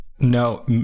No